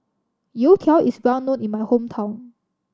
youtiao is well known in my hometown